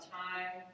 time